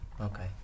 Okay